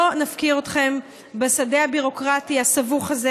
לא נפקיר אתכם בשדה הביורוקרטי הסבוך הזה.